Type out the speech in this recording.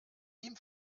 ihm